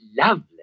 lovely